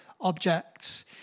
objects